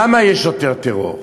למה יש יותר טרור?